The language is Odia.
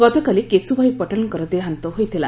ଗତକାଲି କେଶୁଭାଇ ପଟେଲଙ୍କର ଦେହାନ୍ତ ହୋଇଥିଲା